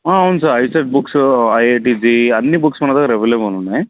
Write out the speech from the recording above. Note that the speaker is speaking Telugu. అవును sir ICET books IIT JEE అన్ని బుక్స్ మన దగ్గర అవైలబుల్ ఉన్నాయి